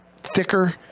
thicker